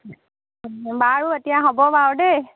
বাৰু এতিয়া হ'ব বাৰু দেই